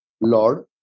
Lord